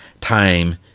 Time